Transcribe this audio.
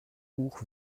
buch